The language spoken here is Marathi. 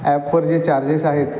ॲपवर जे चार्जेस आहेत